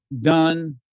done